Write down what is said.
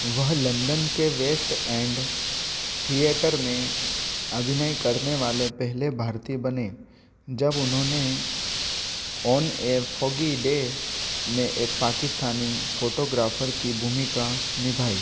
वह लंदन के West End theatre में अभिनय करने वाले पहले भारतीय बने जब उन्होंने ऑन ए फॉगी डे में एक पाकिस्तानी फ़ोटोग्राफर की भूमिका निभाई